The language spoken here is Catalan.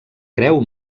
creu